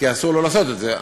כי אסור לו לעשות את זה.